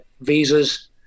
visas